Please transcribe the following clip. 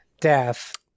Death